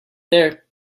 there